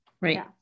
Right